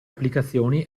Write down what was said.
applicazioni